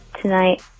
tonight